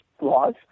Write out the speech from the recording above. laws